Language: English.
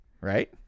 Right